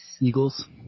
Eagles